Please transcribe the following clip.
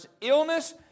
illness